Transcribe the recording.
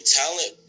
talent